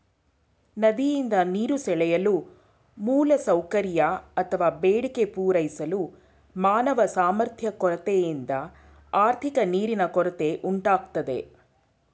ನದಿಯಿಂದ ನೀರು ಸೆಳೆಯಲು ಮೂಲಸೌಕರ್ಯ ಅತ್ವ ಬೇಡಿಕೆ ಪೂರೈಸಲು ಮಾನವ ಸಾಮರ್ಥ್ಯ ಕೊರತೆಯಿಂದ ಆರ್ಥಿಕ ನೀರಿನ ಕೊರತೆ ಉಂಟಾಗ್ತದೆ